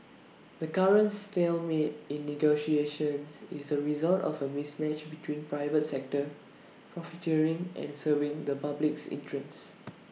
the current stalemate in negotiations is the result of A mismatch between private sector profiteering and serving the public's interests